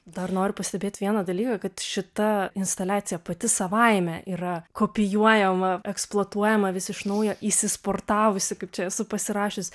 dar noriu pastebėt vieną dalyką kad šita instaliacija pati savaime yra kopijuojama eksploatuojama vis iš naujo įsisportavusi kaip čia esu pasirašius